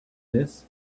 this